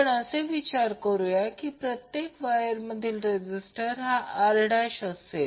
आपण असे विचार करूया की प्रत्येक वायर मधील रेजीस्टर Rअसेल